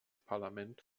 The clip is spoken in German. parlament